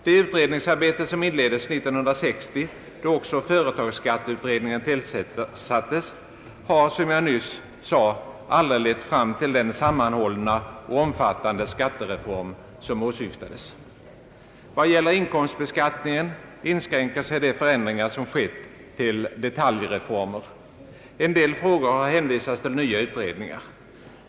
Det utredningsarbete som inleddes år 1960, då också företagsskatteutredningen tillsattes, har som jag nyss sade aldrig lett fram till den sammanhållna och omfattande skattereform som åsyftades. Vad gäller inkomstbeskattningen inskränker sig de förändringar som skett till detaljreformer. En del frågor har hänvisats till nya utredningar.